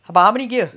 but how many gear